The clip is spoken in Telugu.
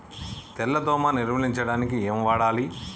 తెల్ల దోమ నిర్ములించడానికి ఏం వాడాలి?